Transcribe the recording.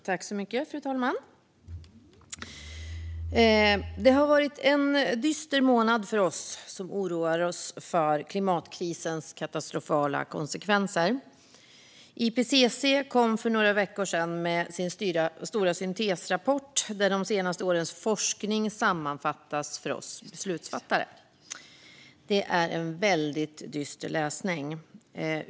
Fru talman! Det har varit en dyster månad för oss som oroar oss för klimatkrisens katastrofala konsekvenser. IPCC kom för några veckor sedan med sin stora syntesrapport, där de senaste årens forskning sammanfattas för oss beslutsfattare. Det är väldigt dyster läsning.